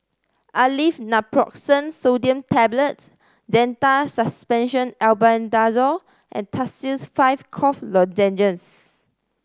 Aleve Naproxen Sodium Tablets Zental Suspension Albendazole and Tussils Five Cough Lozenges